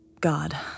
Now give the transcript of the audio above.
God